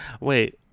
Wait